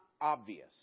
obvious